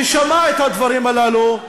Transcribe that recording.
ששמע את הדברים הללו,